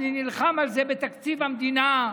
אני נלחם על זה בתקציב המדינה,